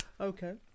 okay